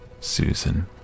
Susan